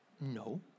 No